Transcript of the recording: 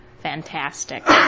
fantastic